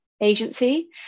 agency